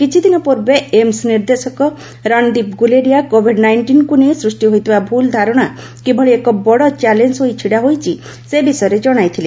କିଛିଦିନ ପୂର୍ବେ ଏମ୍ସ ନିର୍ଦ୍ଦେଶକ ରଣଦୀପ ଗୁଲେରିଆ କୋଭିଡ୍ ନାଇଷ୍ଟିନକୁ ନେଇ ସୃଷ୍ଟି ହୋଇଥିବା ଭୂଲ୍ ଧାରଣା କିଭଳି ଏକ ବଡ଼ ଚ୍ୟାଲେଞ୍ଜ ହୋଇ ଛିଡ଼ା ହୋଇଛି ସେ ବିଷୟରେ ଜଣାଇଥିଲେ